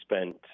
spent